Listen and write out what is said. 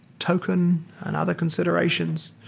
token and other considerations,